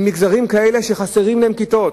ממגזרים כאלה שחסרות להם כיתות,